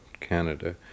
Canada